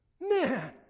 Man